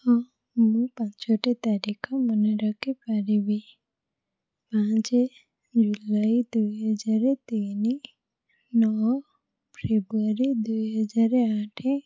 ହଁ ମୁଁ ପାଞ୍ଚଟି ତାରିଖ ମାନେ ରଖିପାରିବି ପାଞ୍ଚ ଜୁଲାଇ ଦୁଇ ହଜାର ତିନି ନଅ ଫେବୃଆରୀ ଦୁଇ ହଜାର ଆଠ